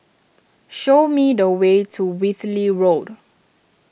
show me the way to Whitley Road